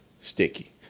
sticky